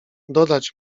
dodać